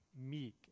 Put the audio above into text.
meek